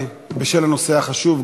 בשל הנושא החשוב,